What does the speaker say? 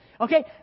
Okay